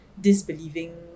disbelieving